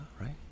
right